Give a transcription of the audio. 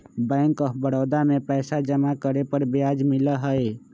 bank of Baroda में पैसा जमा करे पर ब्याज मिला हई